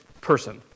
person